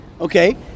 Okay